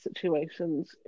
situations